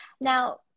now